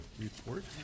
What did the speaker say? report